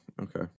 Okay